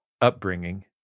upbringing